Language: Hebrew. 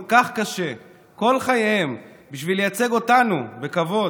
כך קשה כל חייהם בשביל לייצג אותנו בכבוד?